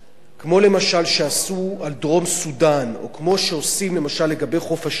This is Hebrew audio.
למשל כמו שעשו על דרום-סודן או כמו שעושים למשל לגבי חוף-השנהב,